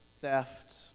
theft